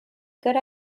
good